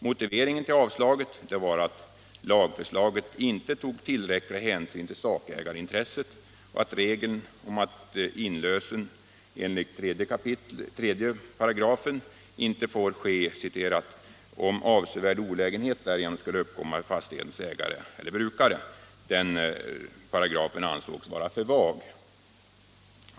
Motiveringen till avslaget var att lagförslaget ej tog tillräcklig hänsyn till sakägarintresset och att regeln om att inlösen enligt 3 § ej får ske ”om avsevärd olägenhet därigenom skulle kunna uppkomma för fastighetens ägare eller brukare” ansågs vara för vag.